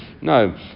No